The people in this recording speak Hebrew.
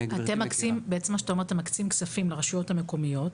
--- מה שאתה אומר שאתם מקצים כסף לרשויות המקומיות,